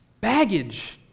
baggage